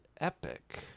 epic